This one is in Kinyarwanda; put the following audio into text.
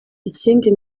ikindi